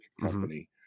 company